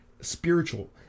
spiritual